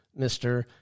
Mr